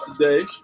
today